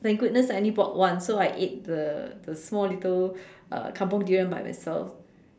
thank goodness I only bought one so I ate the the small little uh kampung durian by myself